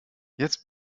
jetzt